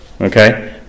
Okay